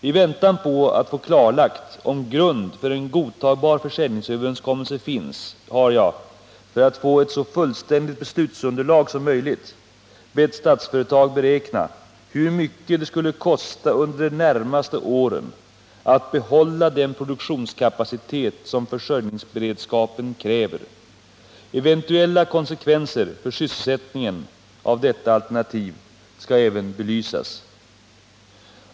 I väntan på att få klarlagt om grund för en godtagbar försäljningsöverenskommelse finns, har jag för att få ett så fullständigt beslutsunderlag som möjligt bett Statsföretag beräkna hur mycket det skulle kosta under de närmaste åren att behålla den produktionskapacitet som försörjningsberedskapen kräver. Eventuella konsekvenser för sysselsättningen av detta alternativ skall även belysas.